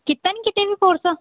ਕੀਤਾ ਨਹੀਂ ਕਿਤੇ ਵੀ ਕੋਰਸ